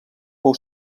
fou